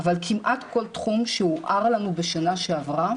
אבל כמעט כל תחום שהוער לנו בשנה שעברה